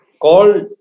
called